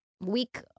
Week